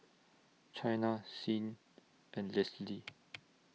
Chyna Sing and Lisle